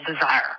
desire